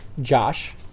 Josh